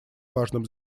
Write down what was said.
важном